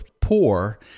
poor